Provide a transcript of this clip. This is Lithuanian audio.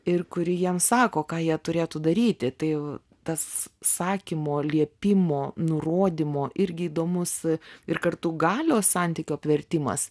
ir kuri jiem sako ką jie turėtų daryti tai tas sakymo liepimo nurodymo irgi įdomus ir kartu galios santykių apvertimas